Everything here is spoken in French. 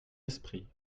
esprit